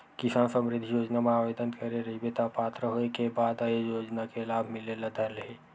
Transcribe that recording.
किसान समरिद्धि योजना म आबेदन करे रहिबे त पात्र होए के बाद ए योजना के लाभ मिले ल धर लिही